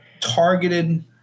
targeted